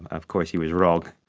of course he was wrong.